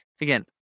Again